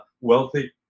wealthy